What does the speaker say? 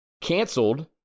canceled